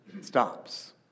stops